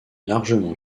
largement